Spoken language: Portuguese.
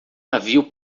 navio